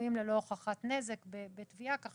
פיצויים ללא הוכחת נזק בתביעה, כך